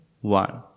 one